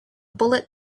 bullet